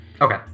Okay